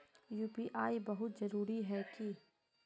UPI बहुत जरूरी है की?